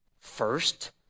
first